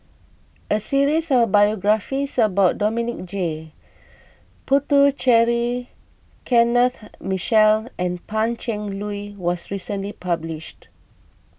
a series of biographies about Dominic J Puthucheary Kenneth Mitchell and Pan Cheng Lui was recently published